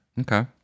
Okay